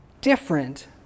different